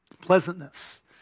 pleasantness